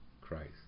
Christ